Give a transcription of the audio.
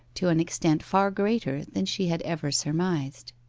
to an extent far greater than she had ever surmised.